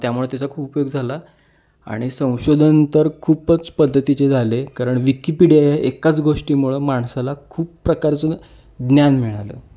त्यामुळं त्याचा खूप योग झाला आणि संशोधन तर खूपच पद्धतीचे झाले कारण विकिपिडिया या एकाच गोष्टीमुळं माणसाला खूप प्रकारचं ज्ञान मिळालं